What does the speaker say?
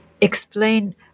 explain